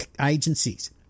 agencies